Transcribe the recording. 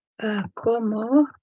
¿Cómo